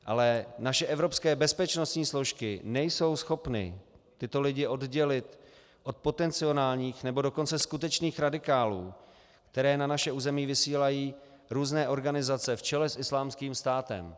Ale naše evropské bezpečnostní složky nejsou schopny tyto lidi oddělit od potenciálních, nebo dokonce skutečných radikálů, které na naše území vysílají různé organizace v čele s Islámským státem.